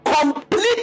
complete